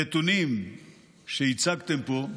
הנתונים שהצגתם פה,